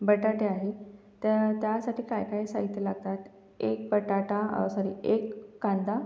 बटाटे आहे तर त्यासाठी काय काय साहित्य लागतात एक बटाटा सॉरी एक कांदा